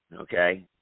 okay